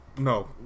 No